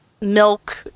milk